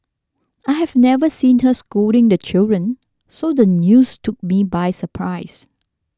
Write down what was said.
I have never seen her scolding the children so the news took me by surprise